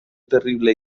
terrible